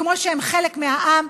כמו שהם חלק מהעם,